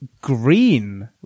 green